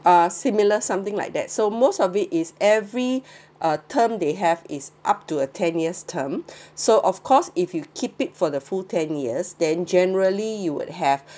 uh similar something like that so most of it is every uh term they have is up to a ten years term so of course if you keep it for the full ten years then generally you would have